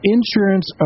Insurance